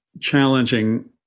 challenging